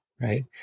right